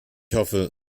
hoffe